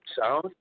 sound